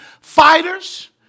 fighters